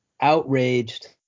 outraged